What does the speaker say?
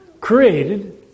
created